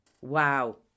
Wow